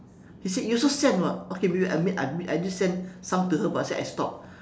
she said you also send [what] okay maybe I mean I admit I did send some to her but I say I stopped